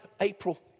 April